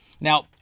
Now